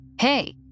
hey